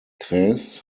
tres